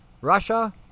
Russia